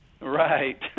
Right